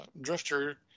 drifter